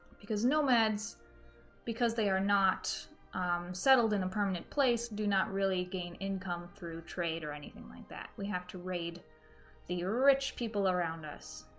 because nomads because they are not settled in a permanent place do not really gain income through trade or anything like that, we have to raid the rich people around us.